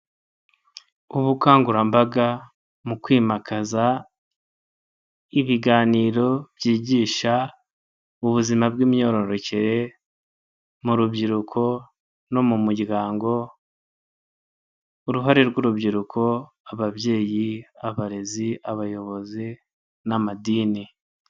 Ubukangurambaga mu kwimakaza ibiganiro byigisha ubuzima bw'imyororokere mu rubyiruko no mu muryango, uruhare rw'urubyiruko ababyeyi, abarezi, abayobozi n'amadini.